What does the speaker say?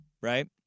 right